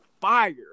fire